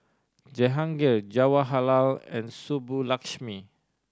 Jehangirr Jawaharlal and Subbulakshmi